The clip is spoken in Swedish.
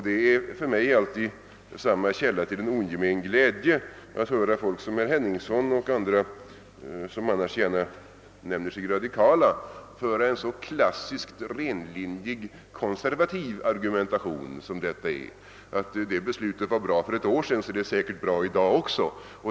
Det är för mig alltid samma källa till ogemen glädje att höra folk som herr Henningsson och andra, som annars gärna kallar sig radikala, föra en så klassiskt renlinjig konservativ argumentation som det är att säga att »det beslutet var bra för ett år sedan, så det är säkert bra i dag också».